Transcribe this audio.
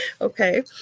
Okay